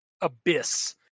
abyss